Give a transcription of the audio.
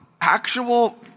actual